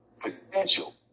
potential